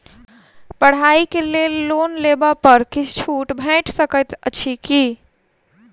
पढ़ाई केँ लेल लोन लेबऽ पर किछ छुट भैट सकैत अछि की?